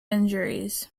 injuries